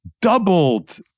doubled